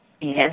Yes